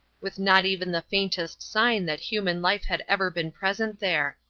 with not even the faintest sign that human life had ever been present there.